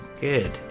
good